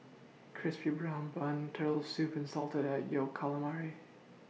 Crispy Brown Bun Turtle Soup and Salted Egg Yolk Calamari